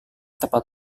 tepat